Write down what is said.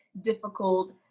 difficult